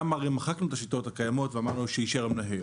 שם הרי מחקנו את השיטות הקיימות ואמרנו שאישר המנהל.